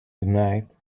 tonight